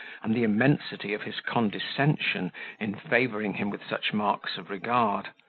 and the immensity of his condescension in favouring him with such marks of regard.